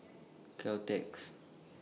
Caltex